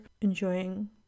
enjoying